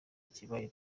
ikibaye